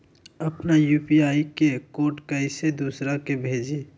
अपना यू.पी.आई के कोड कईसे दूसरा के भेजी?